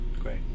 Great